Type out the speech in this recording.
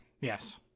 Yes